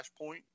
Flashpoint